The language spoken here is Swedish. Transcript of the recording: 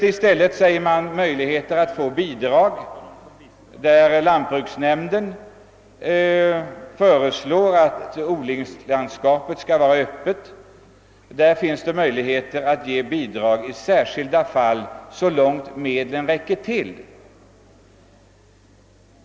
Utskottet hänvisar vidare till att lantbruksnämnderna, när man anser att odlingslandskapet i en bygd bör hållas öppet, har möjlighet att ge bidrag i särskilda fall så långt medlen räcker.